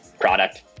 product